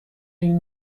این